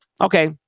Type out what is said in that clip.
okay